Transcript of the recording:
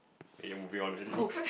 eh you're moving on already